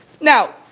Now